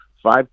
Five